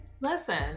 Listen